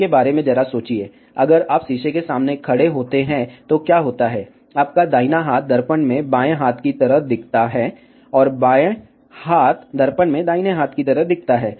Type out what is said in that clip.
इसके बारे में जरा सोचिए अगर आप शीशे के सामने खड़े होते हैं तो क्या होता है आपका दाहिना हाथ दर्पण में बाएं हाथ की तरह दिखता है और बाएं हाथ दर्पण में दाहिने हाथ की तरह दिखता है